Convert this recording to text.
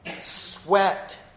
sweat